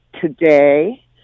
today